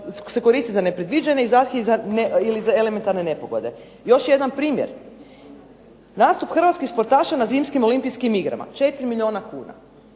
koristiti za nepredviđene ili za elementarne nepogode. Još jedan primjer. Nastup Hrvatskih sportaša na Zimskim olimpijskim igrama 4 milijuna kuna.